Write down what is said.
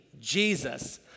Jesus